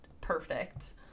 perfect